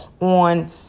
on